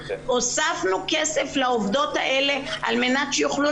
הוספנו כסף לעובדות האלה על מנת שיוכלו